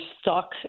stuck